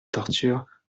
torture